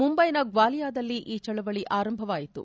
ಮುಂಬೈನ ಗ್ಲಾಲಿಯಾದಲ್ಲಿ ಈ ಚಳವಳಿ ಆರಂಭವಾಯಿತು